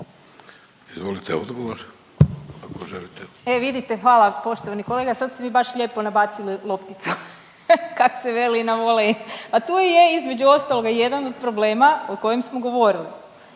Izvolite odgovor. **Marić, Andreja (SDP)** E vidite, hvala poštovani kolega. Sad ste mi baš lijepo nabacili lopticu kak se veli na volej. Pa tu je između ostaloga i jedan od problema o kojem smo govorili.